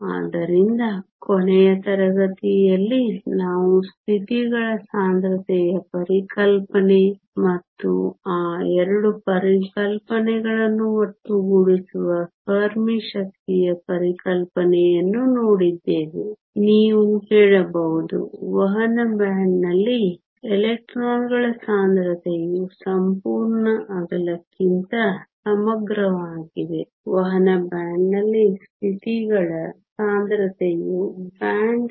ಆದ್ದರಿಂದ ಕೊನೆಯ ತರಗತಿಯಲ್ಲಿ ನಾವು ಸ್ಥಿತಿಗಳ ಸಾಂದ್ರತೆಯ ಪರಿಕಲ್ಪನೆ ಮತ್ತು ಆ ಎರಡು ಪರಿಕಲ್ಪನೆಗಳನ್ನು ಒಟ್ಟುಗೂಡಿಸುವ ಫೆರ್ಮಿ ಶಕ್ತಿಯ ಪರಿಕಲ್ಪನೆಯನ್ನು ನೋಡಿದ್ದೇವೆ ನೀವು ಹೇಳಬಹುದು ವಹನ ಬ್ಯಾಂಡ್ನಲ್ಲಿ ಎಲೆಕ್ಟ್ರಾನ್ಗಳ ಸಾಂದ್ರತೆಯು ಸಂಪೂರ್ಣ ಅಗಲಕ್ಕಿಂತ ಸಮಗ್ರವಾಗಿದೆ ವಹನ ಬ್ಯಾಂಡ್ನಲ್ಲಿ ಸ್ಥಿತಿಗಳ ಸಾಂದ್ರತೆಯ ಬ್ಯಾಂಡ್